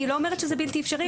אני לא אומרת שזה לא בלתי אפשרי,